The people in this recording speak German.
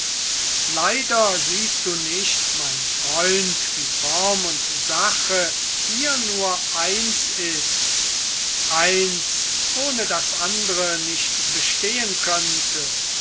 leider siehst du nicht mein freund wie form und sache hier nur eins ist eins ohne das andere nicht bestehen könnte